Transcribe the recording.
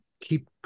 keep